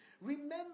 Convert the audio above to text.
Remember